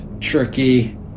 tricky